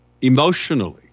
emotionally